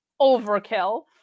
overkill